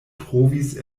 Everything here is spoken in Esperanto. trovis